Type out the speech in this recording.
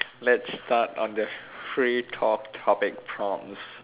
let's start on the free talk topic proms